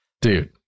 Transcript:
Dude